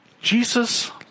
Jesus